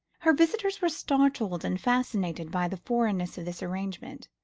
her visitors were startled and fascinated by the foreignness of this arrangement,